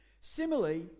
Similarly